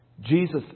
Jesus